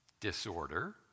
disorder